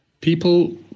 People